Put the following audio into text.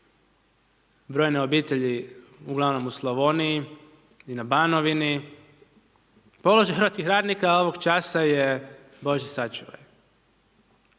brojne obitelji, ugl. u Slavoniji i na Banovini, položaj hrvatskih radnika ovog časa je Bože sačuvaj.